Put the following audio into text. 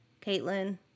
Caitlin